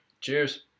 Cheers